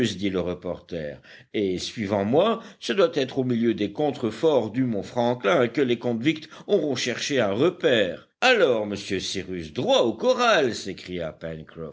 dit le reporter et suivant moi ce doit être au milieu des contreforts du mont franklin que les convicts auront cherché un repaire alors monsieur cyrus droit au corral s'écria